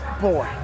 boy